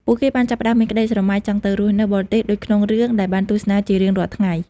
ពួកគេបានចាប់ផ្តើមមានក្តីស្រមៃចង់ទៅរស់នៅបរទេសដូចក្នុងរឿងដែលបានទស្សនាជារៀងរាល់ថ្ងៃ។